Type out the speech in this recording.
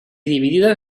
dividides